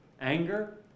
Anger